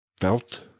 felt